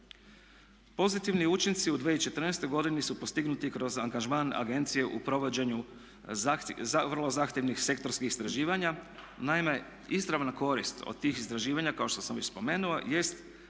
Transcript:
Pozitivni učinci u 2014.godini su postignuti kroz angažman agencije u provođenju vrlo zahtjevnih sektorskih istraživanja. Naime, izravna korist od tih istraživanja kao što sam već spomenuo